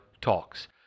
talks